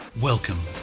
Welcome